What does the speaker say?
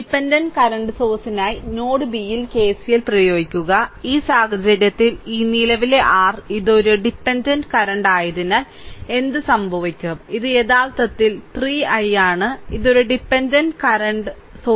dependent current സോഴ്സിനായി node B യിൽ KCL പ്രയോഗിക്കുക ഈ സാഹചര്യത്തിൽ ഈ നിലവിലെ r ഇത് ഒരു ഡിപെൻഡന്റ് കറന്റ് ആയതിനാൽ എന്ത് സംഭവിക്കും ഇത് യഥാർത്ഥത്തിൽ 3 I ആണ് ഇത് ഒരു ഡിപെൻഡന്റ് കറന്റ് സോഴ്സ്ആണ്